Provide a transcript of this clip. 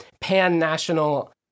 pan-national